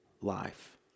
life